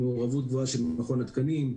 עם מעורבות גבוהה של מכון התקנים,